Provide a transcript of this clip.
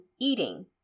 eating